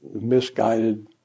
misguided